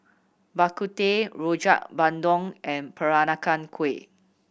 Bak Kut Teh Rojak Bandung and Peranakan Kueh